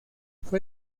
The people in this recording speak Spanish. fue